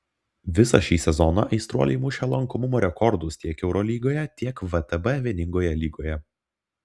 visą šį sezoną aistruoliai mušė lankomumo rekordus tiek eurolygoje tiek vtb vieningoje lygoje